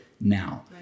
now